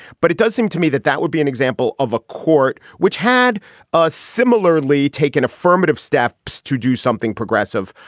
but it does seem to me that that would be an example of a court which had a similarly taken affirmative staff but to do something progressive.